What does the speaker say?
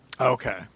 Okay